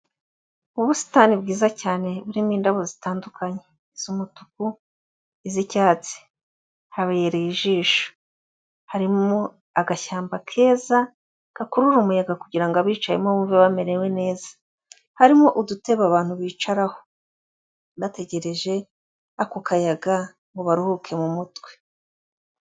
Ubusitani bwiza cyane burimo indabo zitandukanye z'umutuku, iz'icyatsi, habereye ijisho, harimo agashyamba keza gakurura umuyaga kugira ngo abicayemo buve bamerewe neza, harimo udutebe abantu bicaraho bategereje ako kayaga ngo baruhuke mu mutwe.